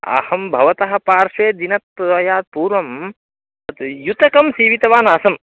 अहं भवतः पार्श्वे दिनद्वयात् पूर्वं त् युतकं सीवितवानासम्